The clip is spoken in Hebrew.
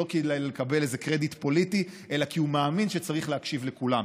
לא כדי לקבל איזה קרדיט פוליטי אלא כי הוא מאמין שצריך להקשיב לכולם.